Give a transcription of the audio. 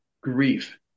grief